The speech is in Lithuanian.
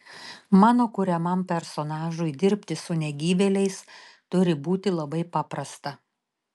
mano kuriamam personažui dirbti su negyvėliais turi būti labai paprasta